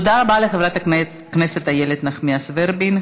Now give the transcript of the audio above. תודה רבה לחברת הכנסת איילת נחמיאס ורבין.